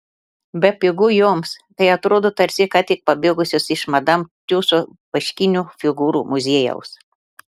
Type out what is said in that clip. bepigu joms kai atrodo tarsi ką tik pabėgusios iš madam tiuso vaškinių figūrų muziejaus